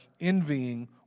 envying